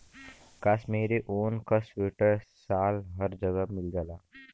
कशमीरी ऊन क सीवटर साल हर जगह मिल जाला